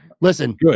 Listen